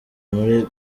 muri